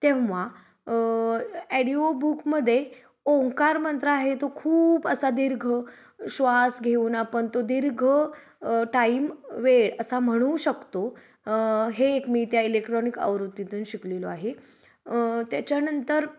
तेव्हा audio book मध्ये ओंकार मंत्र आहे तो खूप असा दीर्घ श्वास घेऊन आपण तो दीर्घ टाईम वेळ असा म्हणू शकतो हे एक मी त्या इलेक्ट्रॉनिक आवृत्तीतून शिकलेलो आहे त्याच्यानंतर